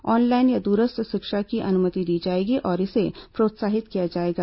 online या दूरस्थ शिक्षा की अनुमति दी जाएगी और इसे प्रोत्साहित किया जाएगा